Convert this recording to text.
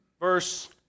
Verse